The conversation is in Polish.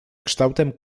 kształtem